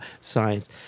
science